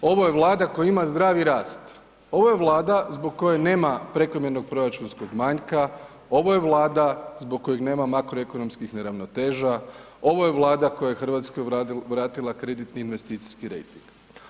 Ovo je Vlada koja ima zdravi rast, ovo je Vlada zbog koje nema prekomjernog proračunskog manjka, ovo je Vlada zbog koje nema makroekonomskih neravnoteža, ovo je Vlada koja je Hrvatskoj vratila kreditni i investicijski rejting.